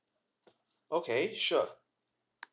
okay sure